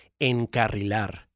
encarrilar